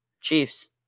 Chiefs